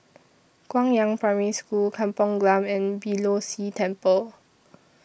Guangyang Primary School Kampong Glam and Beeh Low See Temple